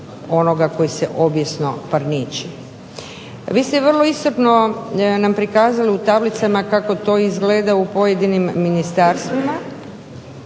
onoga koji se objesno parniči. Vi ste vrlo iscrpno u tablicama nama prikazali kako to izgleda u pojedinim ministarstvima